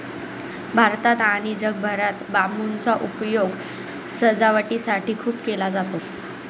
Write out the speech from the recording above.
भारतात आणि जगभरात बांबूचा उपयोग सजावटीसाठी खूप केला जातो